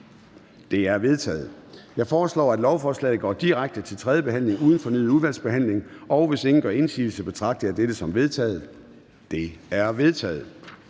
De er vedtaget. Jeg foreslår, at lovforslaget går direkte til tredje behandling uden fornyet udvalgsbehandling. Hvis ingen gør indsigelse, betragter jeg dette som vedtaget. Det er vedtaget.